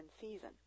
season